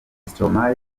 stromae